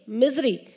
misery